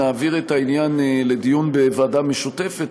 נעביר את העניין לדיון בוועדה משותפת,